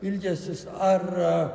ilgesnis ar